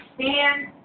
stand